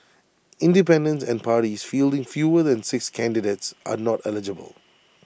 independents and parties fielding fewer than six candidates are not eligible